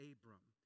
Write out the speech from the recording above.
Abram